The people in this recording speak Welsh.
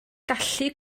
gallu